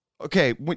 okay